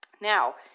now